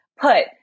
put